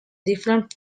different